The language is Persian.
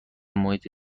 محیط